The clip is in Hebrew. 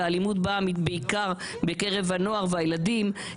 ואלימות באה בעיקר בקרב הנוער והילדים.